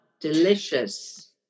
Delicious